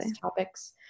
topics